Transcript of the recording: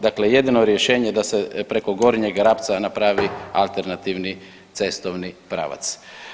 Dakle, jedino rješenje je da se preko gornjeg Rabca napravi alternativni cestovni pravac.